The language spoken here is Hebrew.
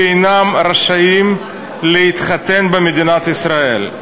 שאינם רשאים להתחתן במדינת ישראל.